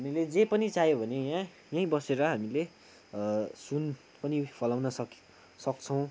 हामीले जे पनि चाह्यो भने यहाँ यहीँ बसेर हामीले सुन पनि फलाउन सकि सक्छौँ